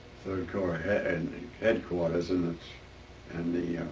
third corps and headquarters in ah and the